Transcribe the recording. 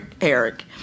Eric